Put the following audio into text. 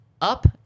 Up